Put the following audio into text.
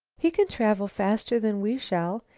he can travel faster than we shall.